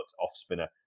off-spinner